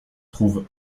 trouve